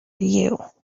you